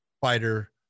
fighter